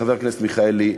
חבר הכנסת מיכאלי,